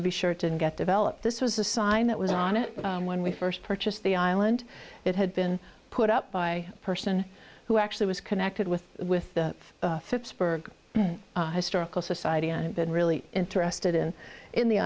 to be sure it didn't get developed this was a sign that was on it when we first purchased the island it had been put up by a person who actually was connected with with the phipps berg historical society and been really interested in in the